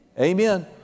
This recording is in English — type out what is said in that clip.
Amen